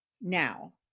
now